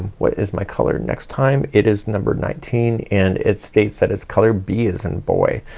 what is my color next time? it is number nineteen and it states that it's color b as in boy.